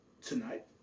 tonight